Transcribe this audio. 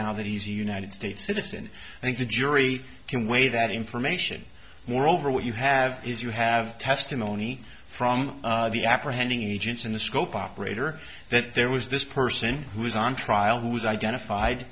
now that he's united states citizen i think the jury can weigh that information moreover what you have is you have testimony from the apprehending agents in the scope operator that there was this person who was on trial who was identified